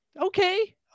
okay